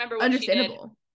understandable